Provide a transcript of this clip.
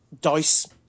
Dice